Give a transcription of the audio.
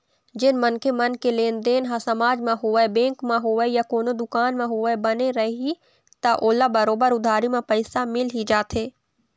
जेन मनखे मन के लेनदेन ह समाज म होवय, बेंक म होवय या कोनो दुकान म होवय, बने रइही त ओला बरोबर उधारी म पइसा मिल ही जाथे